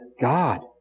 God